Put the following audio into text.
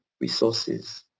resources